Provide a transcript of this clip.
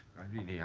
irene yeah